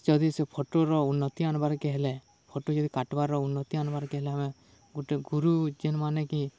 ଯଦି ସେ ଫଟୋର ଉନ୍ନତି ଆନ୍ବାର୍କେ ହେଲେ ଫଟୋ ଯଦି କାଟ୍ବାର୍ ଉନ୍ନତି ଆନ୍ବାରକେ ହେଲେ ଆମେ ଗୁଟେ ଗୁରୁ ଯେନ୍ମାନେକି